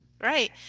Right